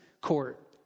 court